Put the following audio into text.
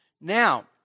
Now